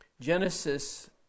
Genesis